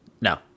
No